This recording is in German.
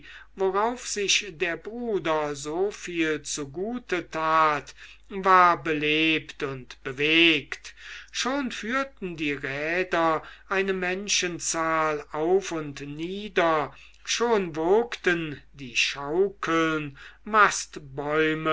worauf sich der bruder so viel zugute tat war belebt und bewegt schon führten die räder eine menschenzahl auf und nieder schon wogten die schaukeln